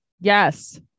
yes